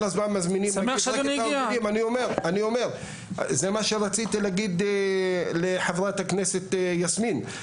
זה מה שרציתי להגיד לחברת הכנסת יסמין.